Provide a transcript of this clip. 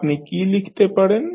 আপনি কী লিখতে পারেন